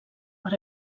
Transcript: per